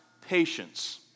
patience